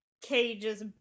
Cage's